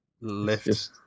Lift